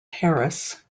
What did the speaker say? harris